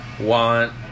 want